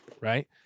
right